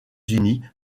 unis